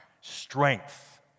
strength